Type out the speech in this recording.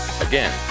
Again